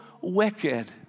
wicked